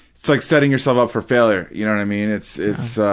it's like setting yourself up for failure, y'know what i mean? it's it's